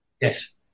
Yes